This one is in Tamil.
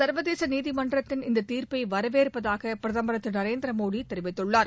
சர்வதேச நீதிமன்றத்தின் இந்த தீர்ப்பை வரவேற்பதாக பிரதமர் திரு மோடி தெரிவித்துள்ளார்